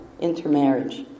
intermarriage